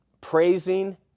praising